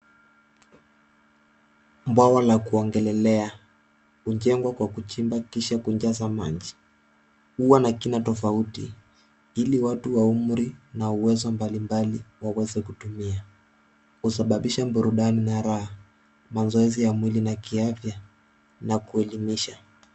Bwawa la kuogelelea, ujengwa kwa kuchimbwa kisha hujazwa maji. Huwa na kina tofauti ili watu wa umri na uwezo mbalimbali waweze kutumia. Husababisha burundani na raha, mazoezi ya kimwili na kiafya na kuelimisha.